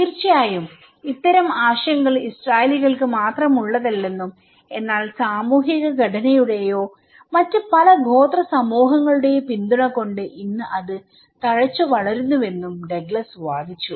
തീർച്ചയായും ഇത്തരം ആശങ്കകൾ ഇസ്രായേലികൾക്ക് മാത്രമുള്ളതല്ലെന്നും എന്നാൽ സാമൂഹിക ഘടനയുടെയോ മറ്റ് പല ഗോത്ര സമൂഹങ്ങളുടെയോ പിന്തുണ കൊണ്ട് ഇന്ന് അത് തഴച്ചുവളരുന്നുവെന്നും ഡഗ്ലസ് വാദിച്ചു